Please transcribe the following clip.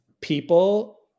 people